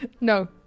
No